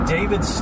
David